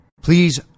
Please